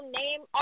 name